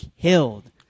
killed